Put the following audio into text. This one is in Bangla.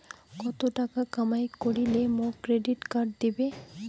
কত টাকা কামাই করিলে মোক ক্রেডিট কার্ড দিবে?